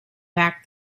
back